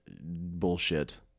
bullshit